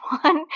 one